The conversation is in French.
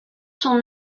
son